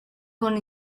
con